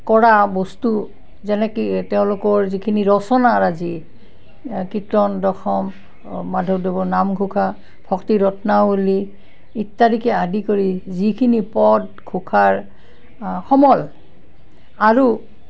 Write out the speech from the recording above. কৰা বস্তু যেনেকে তেওঁলোকৰ যিখিনি ৰচনাৰাজী কীৰ্তন দশম মাধৱদেৱৰ নামঘোষা ভক্তি ৰত্নাৱলী ইত্যাদিকে আদি কৰি যিখিনি পদ ঘোষাৰ সমল আৰু